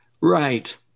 Right